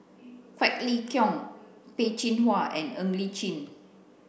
Quek Ling Kiong Peh Chin Hua and Ng Li Chin